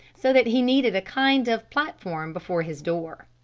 so that he needed a kind of platform before his door.